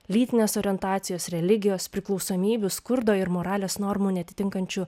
lytinės orientacijos religijos priklausomybių skurdo ir moralės normų neatitinkančių